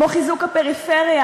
כמו חיזוק הפריפריה.